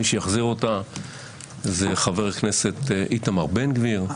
מי שיחזיר אותו זה חבר הכנסת איתמר בן גביר,